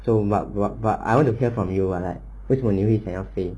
so but but but I want to hear from you ah like 为什么你会想要飞